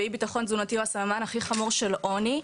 ואי ביטחון תזונתי הוא הסמן הכי חמור של עוני,